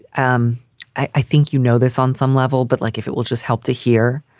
um i think you know this on some level. but like if it will just help to hear